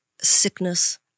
sickness